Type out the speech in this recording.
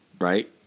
right